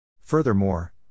Furthermore